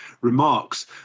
remarks